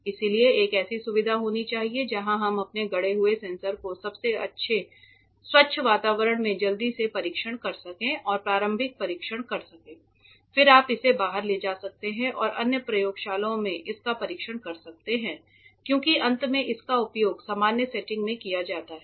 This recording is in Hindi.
इसलिए एक ऐसी सुविधा होनी चाहिए जहां हम अपने गढ़े हुए सेंसर को सबसे स्वच्छ वातावरण में जल्दी से परीक्षण कर सकें और प्रारंभिक परीक्षण कर सकें फिर आप इसे बाहर ले जा सकते हैं और अन्य प्रयोगशालाओं में इसका परीक्षण कर सकते हैं क्योंकि अंत में इसका उपयोग सामान्य सेटिंग में किया जाता है